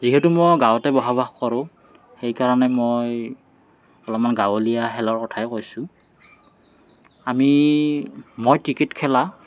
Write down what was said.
যিহেতু মই গাঁৱতে বসবাস কৰোঁ সেইকাৰণে মই অলপমান গাঁৱলীয়া খেলৰ কথাই কৈছোঁ আমি মই ক্ৰিকেট খেলা